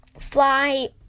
fly